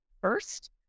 first